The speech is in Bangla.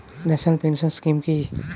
ন্যাশনাল পেনশন স্কিম কি?